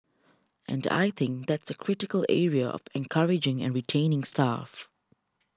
and I think that's a critical area of encouraging and retaining staff